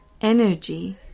energy